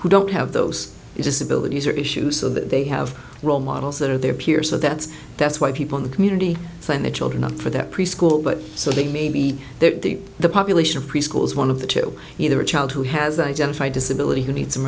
who don't have those disabilities or issues so that they have role models that are their peers so that's that's why people in the community and the children up for that preschool but so they may be there the population preschool is one of the two either a child who has identified disability who need some